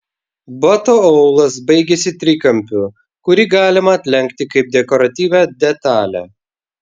bato aulas baigiasi trikampiu kurį galima atlenkti kaip dekoratyvią detalę